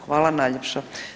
Hvala najljepša.